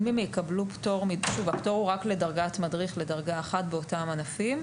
הפטור הוא רק למדריך דרגה 1 באותם ענפים,